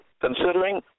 considering